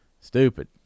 Stupid